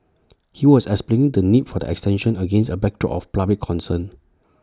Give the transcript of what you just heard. he was explain the need for the extension against A backdrop of public concern